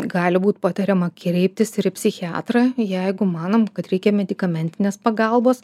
gali būt patariama kreiptis ir į psichiatrą jeigu manom kad reikia medikamentinės pagalbos